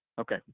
Okay